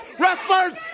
wrestlers